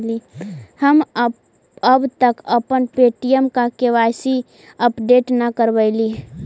हम अब तक अपना पे.टी.एम का के.वाई.सी अपडेट न करवइली